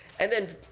and then,